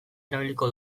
erabiliko